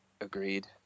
Agreed